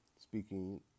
Speaking